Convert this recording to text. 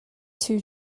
two